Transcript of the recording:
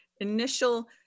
initial